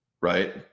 right